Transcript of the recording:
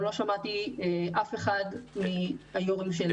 וגם לא שמעתי על זה מאף אחד מהיו"רים של רעננה.